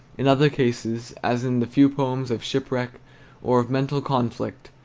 in other cases, as in the few poems of shipwreck or of mental conflict,